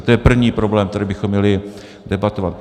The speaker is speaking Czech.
To je první problém, který bychom měli debatovat.